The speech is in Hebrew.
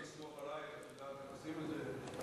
לסמוך עלייך, את יודעת איך עושים את זה.